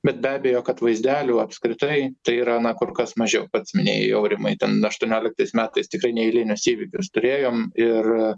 bet be abejo kad vaizdelių apskritai tai yra na kur kas mažiau pats minėjai aurimai ten aštuonioliktais metais tikrai neeilinius įvykius turėjom ir